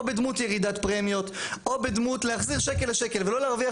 או בדמות ירידת פרמיות או בדמות להחזיר שקל לשקל ולא להרוויח